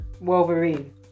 Wolverine